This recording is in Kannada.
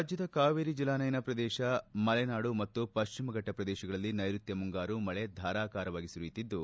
ರಾಜ್ಯದ ಕಾವೇರಿ ಜಲಾನಯನ ಪ್ರದೇಶ ಮಲೆನಾಡು ಮತ್ತು ಪಶ್ಚಿಮಘಟ್ಟ ಪ್ರದೇಶಗಳಲ್ಲಿ ನೈರುತ್ಯ ಮುಂಗಾರು ಮಳೆ ಧಾರಾಕಾರವಾಗಿ ಸುರಿಯುತ್ತಿದ್ದು